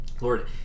Lord